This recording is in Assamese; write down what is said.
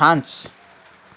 ফ্ৰান্স